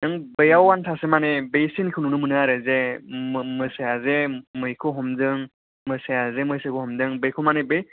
नों बेयावनो साबसिन माने बे सिनखौ नुनो मोनो आरो जे मोसाया जे मैखौ हमदों मोसाया जे मैसोखौ हमदों बेखौ माने बे